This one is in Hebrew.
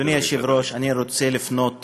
אדוני היושב-ראש, אני רוצה לפנות בברכה,